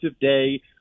Day